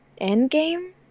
Endgame